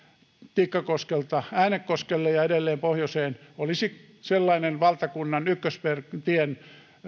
tikkakoskelta äänekoskelle ja edelleen pohjoiseen olisi sellainen valtakunnan